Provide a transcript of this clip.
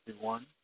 one